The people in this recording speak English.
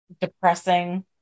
depressing